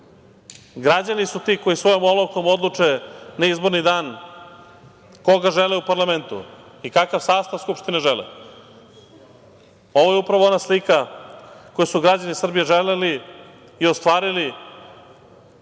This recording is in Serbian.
Građani su ti koji svojom olovkom odluče na izborni dan koga žele u parlamentu i kakav sastav Skupštine žele. Ovo je upravo ona slika koju su građani Srbije želeli i ostvarili,